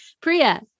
Priya